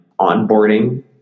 onboarding